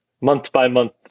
month-by-month